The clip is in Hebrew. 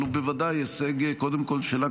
אבל הוא בוודאי הישג קודם כול שלה,